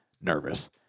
nervous